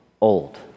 old